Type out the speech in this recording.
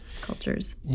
cultures